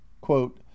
Quote